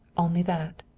only that.